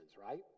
right